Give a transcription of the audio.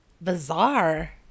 Bizarre